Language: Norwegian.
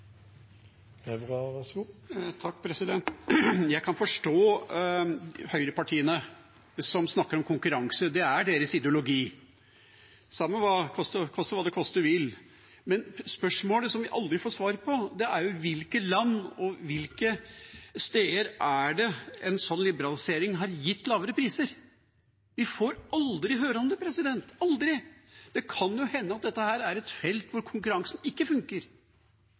Jeg kan forstå høyrepartiene, som snakker om konkurranse. Det er deres ideologi, koste hva det koste vil. Men spørsmålet som vi aldri får svar på, er hvilke land og hvilke steder en sånn liberalisering har gitt lavere priser. Vi får aldri høre om det – aldri. Det kan jo hende at dette er et felt hvor konkurransen ikke funker.